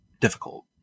difficult